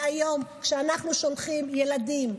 היום כשאנחנו שולחים ילדים,